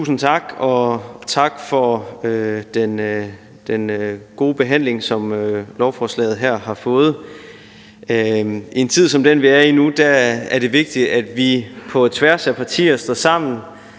Tusind tak, og tak for den gode behandling, som lovforslaget her har fået. I en tid som den, vi er i nu, er det vigtigt, at vi på tværs af partier står sammen